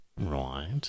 Right